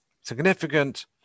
significant